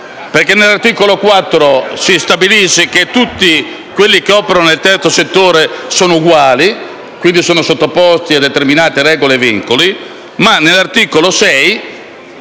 perché nell'articolo 4 si stabilisce che tutti quelli che operano nel terzo settore sono uguali, e quindi sono sottoposti a determinate regole e vincoli, ma nell'articolo 6,